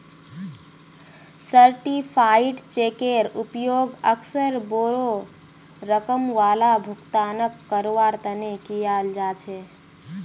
certified चेकेर उपयोग अक्सर बोडो रकम वाला भुगतानक करवार तने कियाल जा छे